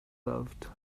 loved